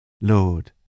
Lord